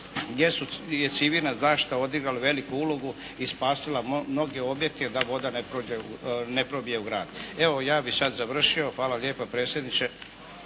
gdje je civilna zaštita odigrala veliku ulogu i spasila mnoge objekte da voda ne probije u grad. Evo, ja bih sad završio. Hvala lijepa predsjedniče.